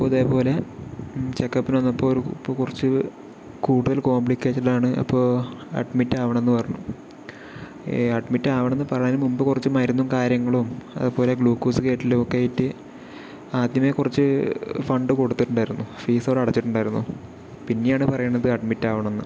അപ്പോൾ ഇതേപോലെ ചെക്കപ്പിന് വന്നപ്പോൾ ഒരു ഇപ്പോൾ കുറച്ച് കൂടുതൽ കോംപ്ലിക്കേഷനാണു അപ്പോൾ അഡ്മിറ്റാകണം എന്ന് പറഞ്ഞു അഡ്മിറ്റാവണമെന്ന് പറയണതിനു മുമ്പ് കുറച്ച് മരുന്നും കാര്യങ്ങളും അതുപോലെ ഗ്ളൂക്കോസ് കയറ്റലും ഒക്കെയായിട്ട് ആദ്യമേ കുറച്ച് ഫണ്ട് കൊടുത്തിട്ടുണ്ടായിരുന്നു ഫീസ് അവര് അടച്ചിട്ടുണ്ടായിരുന്നു പിന്നെയാണ് പറയണത് അഡ്മിറ്റാവണം എന്ന്